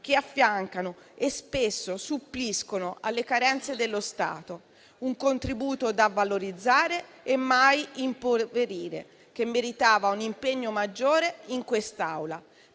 che affiancano e spesso suppliscono alle carenze dello Stato, un contributo da valorizzare e mai impoverire, che meritava un impegno maggiore in quest'Aula.